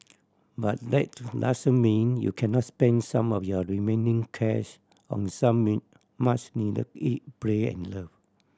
but that do mean you cannot spend some of your remaining cash on some much needed eat pray and love